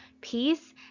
peace